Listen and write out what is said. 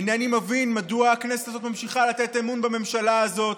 אינני מבין מדוע הכנסת הזאת ממשיכה לתת אמון בממשלה הזאת.